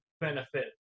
benefit